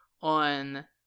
on